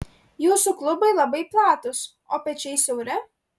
jūsų klubai labai platūs o pečiai siauri